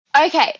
Okay